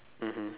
mmhmm